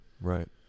right